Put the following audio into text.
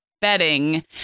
bedding